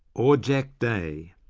or jack day,